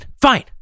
fine